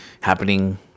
happening